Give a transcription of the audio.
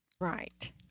Right